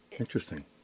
interesting